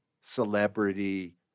Celebrity